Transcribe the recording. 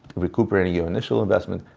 recuperating your initial investment,